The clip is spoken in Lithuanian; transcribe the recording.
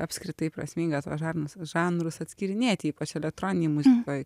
apskritai prasmingas tuos žarnus žanrus atskyrinėti ypač elektroninėj muzikoj